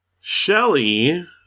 Shelley